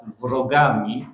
wrogami